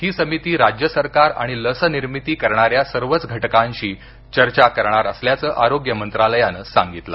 ही समिती राज्य सरकार आणि लस निर्मिती करणाऱ्या सर्वच घटकांशी चर्चा करणार असल्याचं आरोग्य मंत्रालयानं सांगितलं आहे